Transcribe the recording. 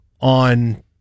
on